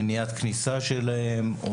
מניעת כניסה שלהם,